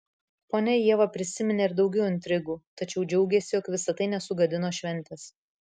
ponia ieva prisiminė ir daugiau intrigų tačiau džiaugėsi jog visa tai nesugadino šventės